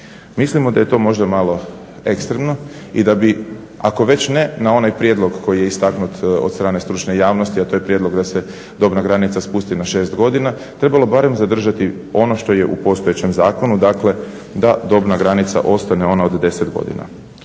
Mislimo da je to možda malo ekstremno i da bi ako već ne na onaj prijedlog koji je istaknut od strane stručne javnosti, a to je prijedlog da se dobna granica spusti na 6 godina trebalo barem zadržati ono što je u postojećem zakonu, dakle da dobna granica ostane ona od 10 godina.